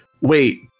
Wait